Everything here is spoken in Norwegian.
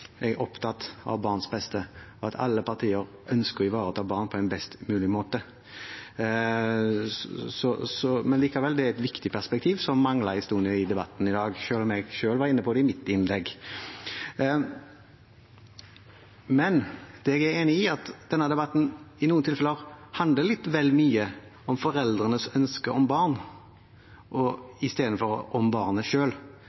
Jeg er rimelig sikker på at alle partier er opptatt av barns beste, og at alle partier ønsker å ivareta barn på en best mulig måte. Likevel er det et viktig perspektiv, som manglet en stund i debatten i dag, selv om jeg selv var inne på det i mitt innlegg. Det jeg er enig i, er at denne debatten i noen tilfeller handler litt vel mye om foreldrenes ønske om barn istedenfor om barnet selv, og